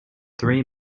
three